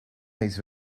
these